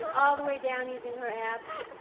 all the way down using her abs.